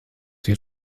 wird